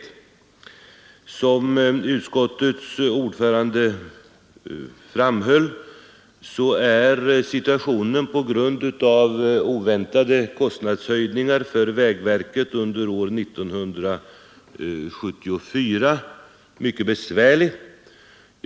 Nr 55 Som utskottets ordförande framhöll, är situationen på grund av Onsdagen den oväntade kostnadshöjningar för vägverket under år 1974 mycket besvär 3 april 1974 lig.